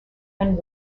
and